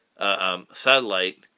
Satellite